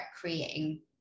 creating